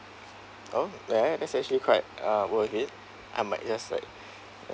orh that that's actually quite uh worth it I might just like